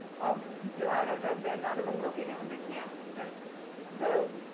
of gelada that they're not even looking at, they can't. so,